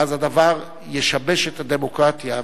ואז הדבר ישבש את הדמוקרטיה.